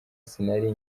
sinari